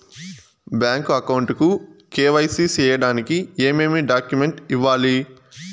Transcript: Bank account కు KYC సేయడానికి ఏమేమి డాక్యుమెంట్ ఇవ్వాలి?